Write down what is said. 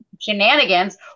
shenanigans